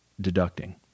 deducting